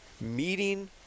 meeting